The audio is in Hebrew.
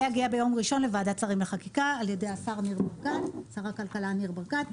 זה יגיע ביום ראשון לוועדת שרים לחקיקה על ידי שר הכלכלה ניר ברקת.